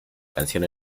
canción